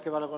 nuo ed